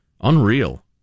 unreal